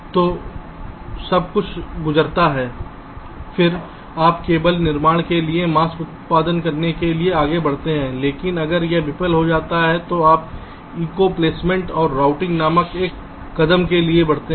तो सब कुछ गुजरता है फिर आप केवल निर्माण के लिए मास्क उत्पन्न करने के लिए आगे बढ़ते हैं लेकिन अगर यह विफल हो जाता है तो आप ECO प्लेसमेंट और रूटिंग नामक एक कदम के लिए जाते हैं